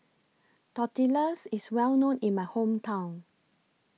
Tortillas IS Well known in My Hometown